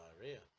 diarrhea